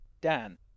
dan